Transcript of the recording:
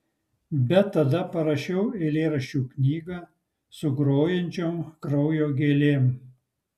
bet tada parašiau eilėraščių knygą su grojančiom kraujo gėlėm